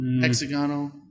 Hexagonal